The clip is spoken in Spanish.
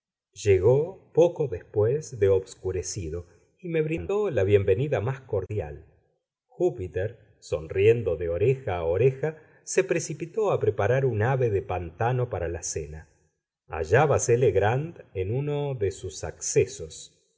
llegó poco después de obscurecido y me brindó la bienvenida más cordial júpiter sonriendo de oreja a oreja se precipitó a preparar un ave de pantano para la cena hallábase legrand en uno de sus accesos